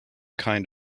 kind